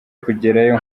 kugerayo